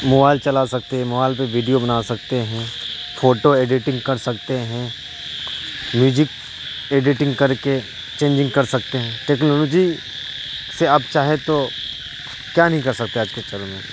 mobile چلا سکتے ہیں موبائل پہ ویڈیو بنا سکتے ہیں فوٹو ایڈیٹنگ کر سکتے ہیں میوزک ایڈیٹنگ کر کے چینجنگ کر سکتے ہیں ٹیکنالوجی سے آپ چاہے تو کیا نہیں کر سکتے آج کے چل میں